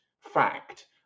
fact